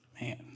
Man